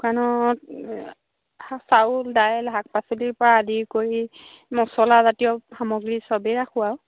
দোকানত চাউল দাইল শাক পাচলিৰপৰা আদি কৰি মচলাজাতীয় সামগ্ৰী চবেই ৰাখোঁ আৰু